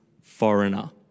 foreigner